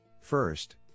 First